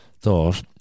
thought